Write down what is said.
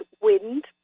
wind